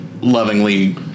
lovingly